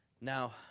Now